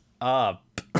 up